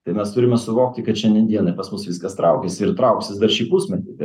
tai mes turime suvokti kad šiandien dienai pas mus viskas traukiasi ir trauksis dar šį pusmetį beje